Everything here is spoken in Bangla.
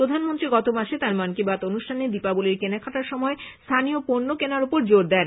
প্রধানমন্ত্রী গত মাসে তাঁর মন কি বাত অনুষ্ঠানে দীপাবলির কেনাকাটার সময় স্থানীয় পণ্য কেনার উপর জোর দেন